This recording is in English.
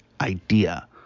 idea